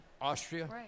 Austria